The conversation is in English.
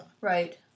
Right